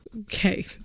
Okay